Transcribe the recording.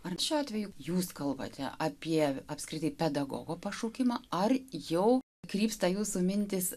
ar šiuo atveju jūs kalbate apie apskritai pedagogo pašaukimą ar jau krypsta jūsų mintys